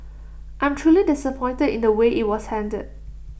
I'm truly disappointed in the way IT was handled